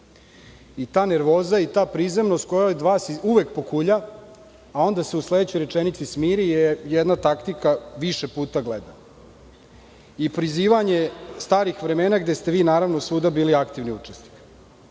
Ta nervoza i ta prizemnost koja iz vas uvek pokulja, a onda se u sledećoj rečenici smiri je jedna taktika više puta gledana. Kao i prizivanje starih vremena, gde ste vi svuda bili aktivni učesnik. Verujte